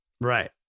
Right